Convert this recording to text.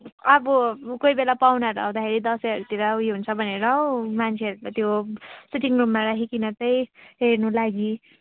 अब कोही बेला पाहुनाहरू आउँदाखेरि दसैँहरूतिर उयो हुन्छ भनेर हौ मान्छेहरूको त्यो सिटिङ रुममा राखिकिन चाहिँ हेर्नु लागि